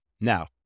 Now